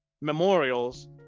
memorials